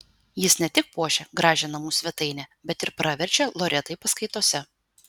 jis ne tik puošia gražią namų svetainę bet ir praverčia loretai paskaitose